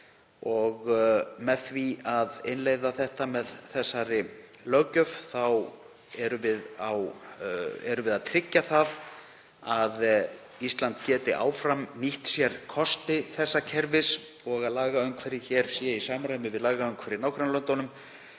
og með því að innleiða þetta með þessari löggjöf erum við að tryggja að Ísland geti áfram nýtt sér kosti þessa kerfis og að lagaumhverfið hér sé í samræmi við lagaumhverfi í nágrannalöndunum